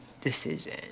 decision